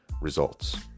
results